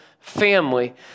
family